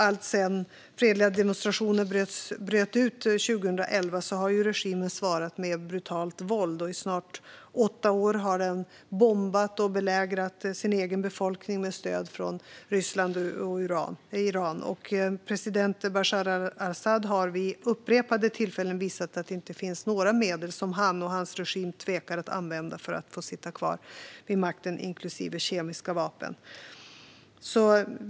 Alltsedan fredliga demonstrationer bröt ut 2011 har regimen svarat med brutalt våld. I snart åtta år har den bombat och belägrat sin egen befolkning med stöd från Ryssland och Iran. President Bashar al-Asad har vid upprepade tillfällen visat att det inte finns några medel som han och hans regim tvekar att använda för att få sitta kvar vid makten, inklusive kemiska vapen.